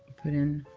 put in